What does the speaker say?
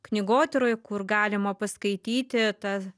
knygotyroj kur galima paskaityti tą